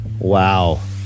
Wow